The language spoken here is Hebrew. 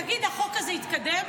תגיד, החוק הזה יתקדם?